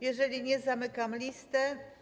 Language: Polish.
Jeżeli nie, zamykam listę.